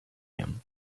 him